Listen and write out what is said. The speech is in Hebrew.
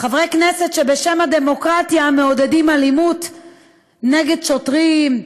חברי כנסת שבשם הדמוקרטיה מעודדים אלימות נגד שוטרים,